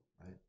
right